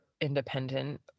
independent